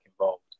involved